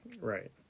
Right